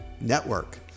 network